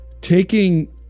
taking